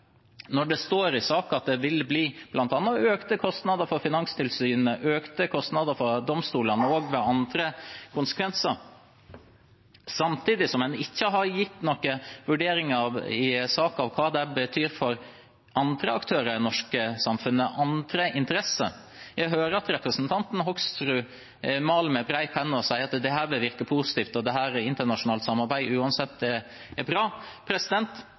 Det står i saken at det bl.a. vil bli økte kostnader for Finanstilsynet, økte kostnader for domstolene og andre konsekvenser, samtidig som en ikke har gitt noen vurderinger i saken av hva det betyr for andre aktører og interesser i det norske samfunnet. Jeg hører at representanten Hoksrud maler med bred pensel og sier at dette vil virke positivt, og at internasjonalt samarbeid uansett er bra.